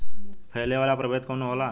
फैले वाला प्रभेद कौन होला?